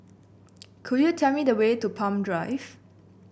could you tell me the way to Palm Drive